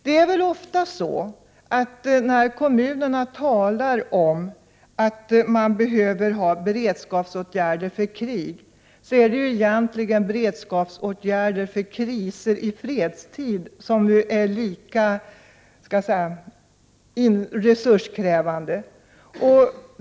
Det är ofta så, att när kommunerna talar om att man behöver ha beredskapsåtgärder i händelse av krig, handlar det egentligen om beredskapsåtgärder inför kriser i fredstid som ju är lika resurskrävande.